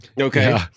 okay